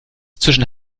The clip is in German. zwischen